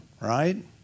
right